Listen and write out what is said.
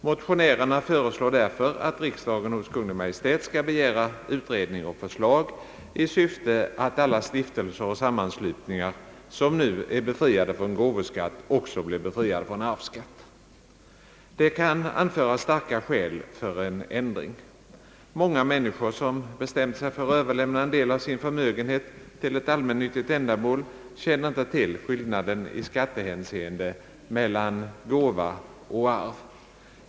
Motionärerna föreslår därför att riksdagen hos Kungl. Maj:t skall begära utredning och förslag i syfte att alla stiftelser och sammanslutningar som nu är befriade från gåvoskatt också blir befriade från arvsskatt. Det kan anföras starka skäl för en ändring. Många människor som bestämt sig för att överlämna en del av sin förmögenhet till ett allmännyttigt ändamål, känner inte till skillnaden i skattehänseende mellan gåva och arv.